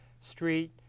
street